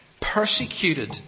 persecuted